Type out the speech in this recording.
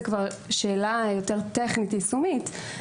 זאת כבר שאלה יותר טכנית יישומית.